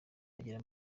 agira